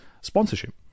sponsorship